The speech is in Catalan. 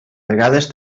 vegades